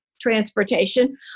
transportation